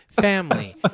family